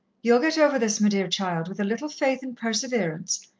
ye'll get over this, me dear child, with a little faith and perseverance.